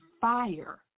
fire